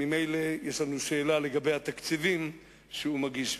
ממילא יש לנו שאלה לגבי התקציבים שהוא מגיש.